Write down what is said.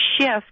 shift